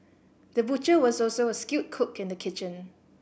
the butcher was also a skilled cook in the kitchen